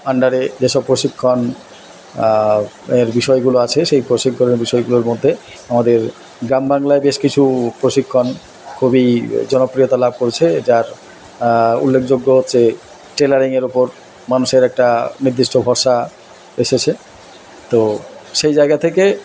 আন্ডারে যেসব প্রশিক্ষণ এর বিষয়গুলো আছে সেই প্রশিক্ষণের বিষয়গুলোর মধ্যে আমাদের গ্রাম বাংলায় বেশ কিছু প্রশিক্ষণ খুবই জনপ্রিয়তা লাভ করেছে যার উল্লেখযোগ্য হচ্ছে টেলারিংয়ের ওপর মানুষের একটা নির্দিষ্ট ভরসা এসেছে তো সেই জায়গা থেকে